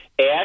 Ash